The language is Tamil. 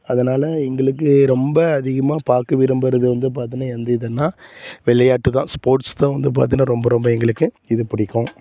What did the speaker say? அதனால எங்களுக்கு ரொம்ப அதிகமாக பார்க்க விரும்புகிறது வந்து பார்த்தினா எந்த இதுன்னால் விளையாட்டு தான் ஸ்போட்ர்ஸ் தான் வந்து பார்த்தினா ரொம்ப ரொம்ப எங்களுக்கு இது பிடிக்கும்